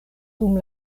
dum